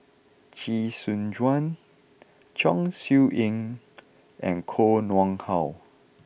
Chee Soon Juan Chong Siew Ying and Koh Nguang How